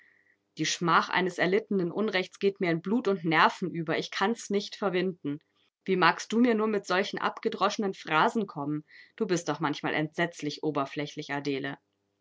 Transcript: die schmach eines erlittenen unrechts geht mir in blut und nerven über ich kann's nicht verwinden wie magst du mir nur mit solchen abgedroschenen phrasen kommen du bist doch manchmal entsetzlich oberflächlich adele